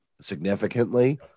significantly